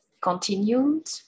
continued